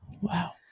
Wow